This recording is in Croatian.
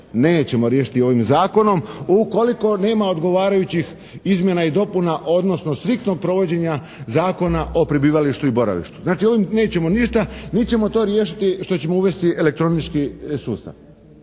Nećemo riješiti ovim Zakonom ukoliko nema odgovarajućih izmjena i dopuna, odnosno striktnog provođenja Zakona o prebivalištu i boravištu. Znači ovim nećemo ništa, niti ćemo to riješiti što ćemo uvesti elektronički sustav.